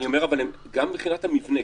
אבל אני אומר: גם מבחינת המבנה,